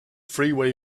freeway